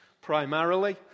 primarily